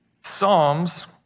Psalms